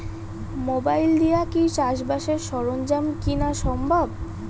Mobile দিয়া কি চাষবাসের সরঞ্জাম কিনা সম্ভব?